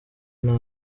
nta